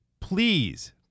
Please